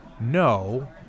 no